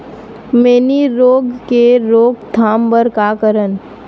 मैनी रोग के रोक थाम बर का करन?